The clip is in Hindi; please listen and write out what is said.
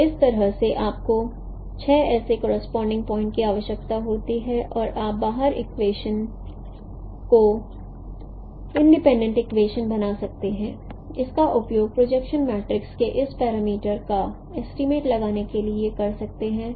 तो इस तरह से आपको छह ऐसे करोसपोंडिंग पॉइंट की आवश्यकता होती है और आप बारह इक्वेशनस को इंडिपेंडेंट इक्वेशनस बना सकते हैं और इसका उपयोग प्रोजेक्शन मैट्रिक्स के इस पैरामीटर का ऐस्टीमेट लगाने के लिए कर सकते हैं